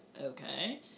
okay